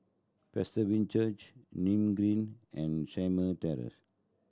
Presbyterian Church Nim Green and Shamah Terrace